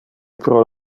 pro